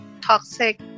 toxic